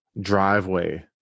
driveway